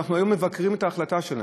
ואנחנו היום מבקרים את ההחלטה שלהם.